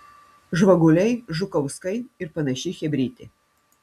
žvaguliai žukauskai ir panaši chebrytė